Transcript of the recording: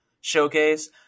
showcase